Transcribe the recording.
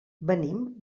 venim